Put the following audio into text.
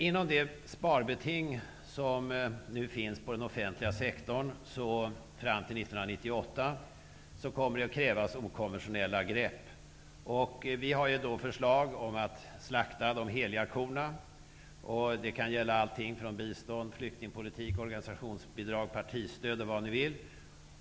Inom det sparbeting som nu finns på den offentliga sektorn fram till 1998 kommer det att krävas okonventionella grepp. Vi har lagt fram förslag om att man skall slakta de heliga korna. Det kan gälla allt, såsom bistånd, flyktingpolitik, organisationsbidrag, partistöd och vad man vill.